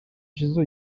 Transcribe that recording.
jizzo